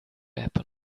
happen